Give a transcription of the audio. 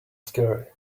scary